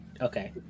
Okay